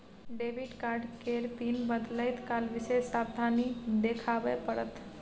debit card केर PIN बदलैत काल विशेष सावाधनी देखाबे पड़त